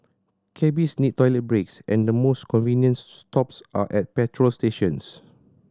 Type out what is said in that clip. cabbies need toilet breaks and the most convenience stops are at petrol stations